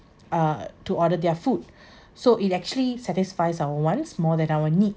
uh to order their food so it actually satisfies our wants more than our need